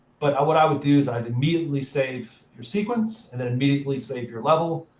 but what i would do is i'd immediately save your sequence, and then immediately save your level.